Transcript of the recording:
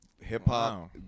hip-hop